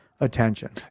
attention